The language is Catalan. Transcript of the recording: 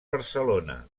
barcelona